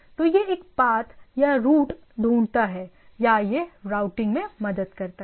तो यह एक पाथ या रूट ढूँढता है या यह रूटिंग में मदद करता है